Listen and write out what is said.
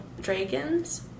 dragons